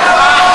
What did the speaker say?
חייו,